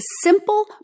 simple